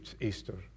Easter